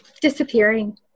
disappearing